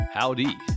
Howdy